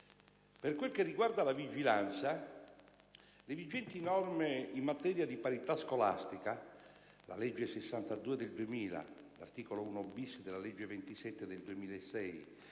Per quel che riguarda la vigilanza, le vigenti norme in materia di parità scolastica - la legge n. 62 del 2000, l'articolo 1-*bis* della legge n. 27 del 2006